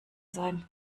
sein